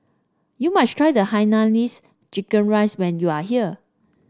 you must try the Hainanese Chicken Rice when you are here